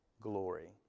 glory